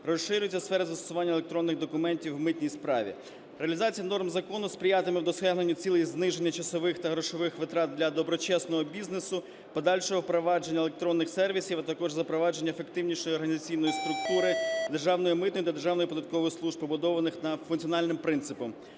Розширюється сфера застосування електронних документів в митній справі. Реалізація норм закону сприятиме досягненню цілей зниження часових та грошових витрат для доброчесного бізнесу, подальшого впровадження електронних сервісів, а також запровадження ефективнішої організаційної структури, Державної митної та Державної податкової служб, побудованих за функціональним принципом.